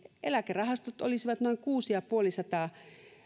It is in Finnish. eläkerahastot olisivat noin kuusi ja puolisataa